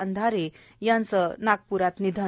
अंधारे यांचं नागप्रात निधन